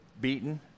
beaten